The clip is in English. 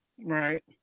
Right